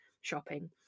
shopping